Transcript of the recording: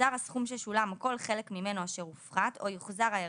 יוחזר הסכום ששולם או כל חלק ממנו אשר הופחת או יוחזר העירבון,